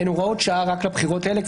והן הוראות שעה רק לבחירות האלה,